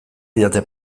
didate